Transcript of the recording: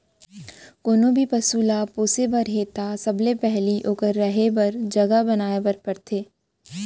कोनों भी पसु ल पोसे बर हे त सबले पहिली ओकर रहें बर जघा बनाए बर परथे